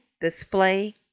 display